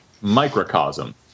microcosm